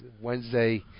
Wednesday